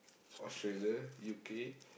Australia U_K